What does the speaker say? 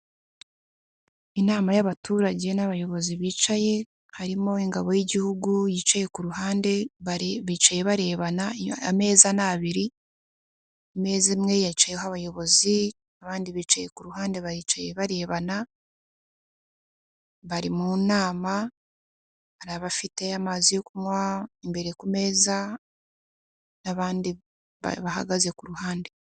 Inama y'abaturage n'abayobozi bicaye, harimo ingabo y'Igihugu yicaye ku ruhande bicaye barebana, ameza ni abiri, imeza imwe yicayeho abayobozi abandi bicaye ku ruhande baricaye barebana bari mu nama, hari abafite amazi yo kunywa imbere ku meza n'abandi bahagaze ku ruhande